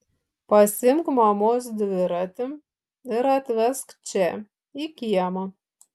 pasiimk mamos dviratį ir atvesk čia į kiemą